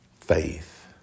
faith